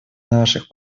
наших